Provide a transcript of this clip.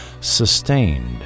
sustained